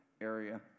area